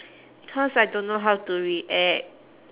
because I don't know how to react